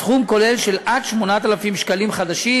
סכום כולל של עד 8,000 שקלים חדשים,